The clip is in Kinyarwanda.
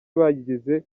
bayigize